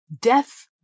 Death